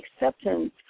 acceptance